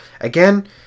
Again